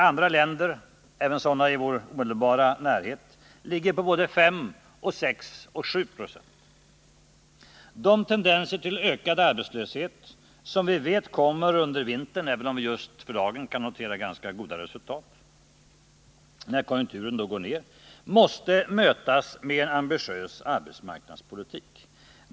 Andra länder, även sådana i vår omedelbara närhet, ligger på både 5, 6 och 7 96. De tendeser till ökad arbetslöshet som vi vet kommer under vintern — även om vi just för dagen kan notera ganska goda resultat — när konjunkturen då går ner måste mötas med en ambitiös arbetsmarknadspolitik.